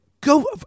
go